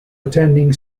attending